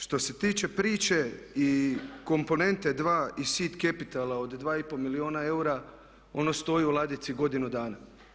Što se tiče priče i komponente 2 iz SID Capitala od 2,5 milijuna eura ono stoji u ladici godinu dana.